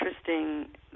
interesting